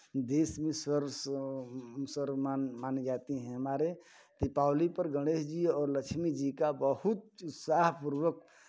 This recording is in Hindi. देश में स्वर सर्वमान्य मानी जाती हैं हमारे दीपावली पर गणेश जी और लक्ष्मी जी का बहुत उत्साह पूर्वक